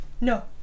No